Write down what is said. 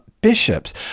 bishops